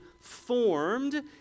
formed